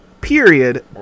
Period